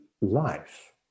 life